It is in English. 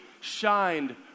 shined